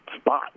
spot